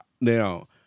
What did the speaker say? now